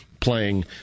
playing